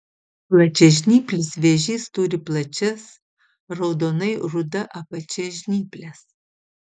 plačiažnyplis vėžys turi plačias raudonai ruda apačia žnyples